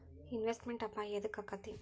Investment ಅಪಾಯಾ ಯದಕ ಅಕ್ಕೇತಿ?